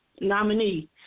nominee